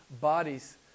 bodies